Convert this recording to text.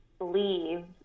leave –